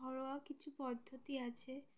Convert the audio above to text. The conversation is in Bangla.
ঘরোয়া কিছু পদ্ধতি আছে